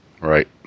Right